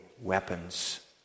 weapons